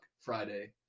Friday